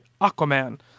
Aquaman